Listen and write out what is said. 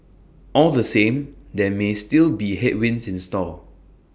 all the same there may still be headwinds in store